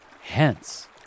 Hence